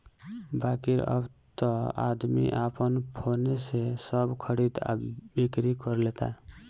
बाकिर अब त आदमी आपन फोने से सब खरीद आ बिक्री कर लेता